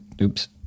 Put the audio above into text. Oops